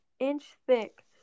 inch-thick